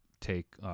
take –